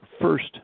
First